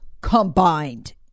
combined